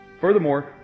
Furthermore